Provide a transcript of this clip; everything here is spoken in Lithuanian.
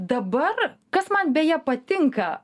dabar kas man beje patinka